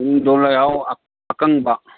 ꯎꯅꯤꯡꯊꯧ ꯂꯩꯍꯥꯎ ꯑꯀꯪꯕ